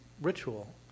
ritual